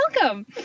welcome